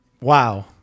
wow